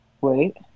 Wait